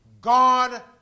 God